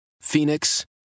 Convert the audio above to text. Phoenix